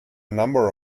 number